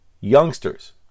Youngsters